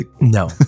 No